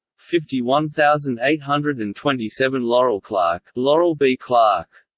fifty one thousand eight hundred and twenty seven laurelclark laurelclark